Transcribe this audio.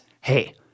hey